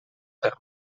per